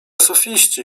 sofiści